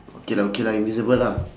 okay lah okay lah invisible lah